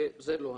זה לא אנחנו.